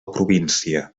província